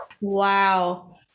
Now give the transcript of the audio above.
Wow